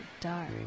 Dark